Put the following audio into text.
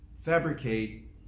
fabricate